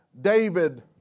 David